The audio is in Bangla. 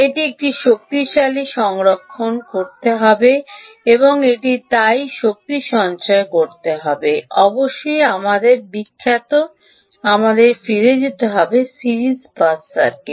এটি একটি শক্তিশালী সংরক্ষণ করতে হবে এটি তাই শক্তি সঞ্চয় করতে হবে অবশ্যই আমাদের বিখ্যাত আমাদের ফিরে যেতে হবে সিরিজ পাস সার্কিট